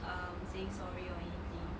um saying sorry or anything